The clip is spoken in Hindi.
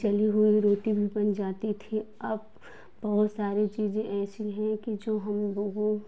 जली हुई रोटी भी बन जाती थी अब बहुत सारी चीज़ें ऐसी हैं कि जो हम लोग को